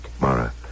Mara